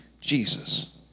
Jesus